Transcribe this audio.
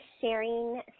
sharing